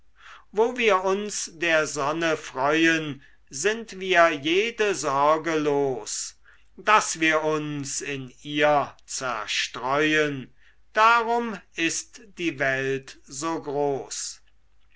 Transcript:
wo wir uns der sonne freuen sind wir jede sorge los daß wir uns in ihr zerstreuen darum ist die welt so groß